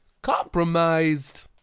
Compromised